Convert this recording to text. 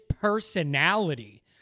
personality